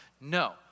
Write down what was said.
No